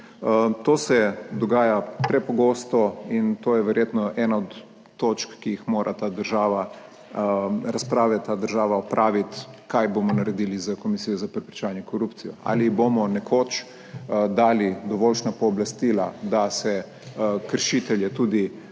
To se dogaja prepogosto. In to je verjetno ena od točk, ki jih mora ta država, razprave ta država opraviti kaj bomo naredili s Komisijo za preprečevanje korupcije. Ali bomo nekoč dali dovoljšna pooblastila, da se kršitelje tudi